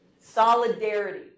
Solidarity